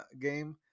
game